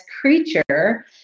creature